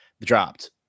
dropped